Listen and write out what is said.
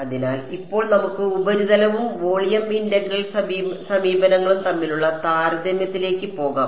അതിനാൽ ഇപ്പോൾ നമുക്ക് ഉപരിതലവും വോളിയം ഇന്റഗ്രൽ സമീപനങ്ങളും തമ്മിലുള്ള താരതമ്യത്തിലേക്ക് പോകാം